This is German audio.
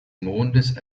mondes